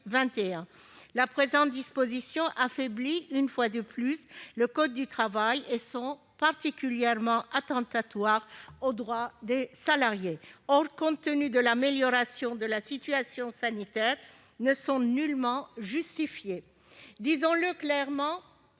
Les présentes dispositions affaiblissent, une fois de plus, le code du travail et sont particulièrement attentatoires aux droits des salariés. Or, compte tenu de l'amélioration de la situation sanitaire, ces mesures ne sont nullement justifiées. Disons-le clairement,